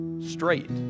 straight